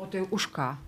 o tai už ką